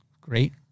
Great